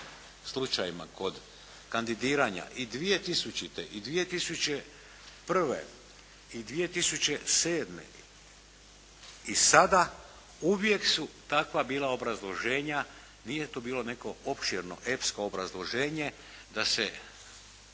slučajevima kod kandidiranja i 2000. i 2001. i 2007. i sada, uvijek su takva bila obrazloženja, nije to bilo neko opširno epsko obrazloženje da se